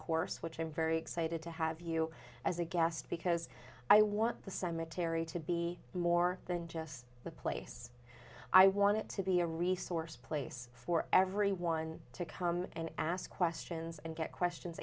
course which i'm very excited to have you as a guest because i want the cemetery to be more than just the place i want it to be a resource place for everyone to come and ask questions and get questions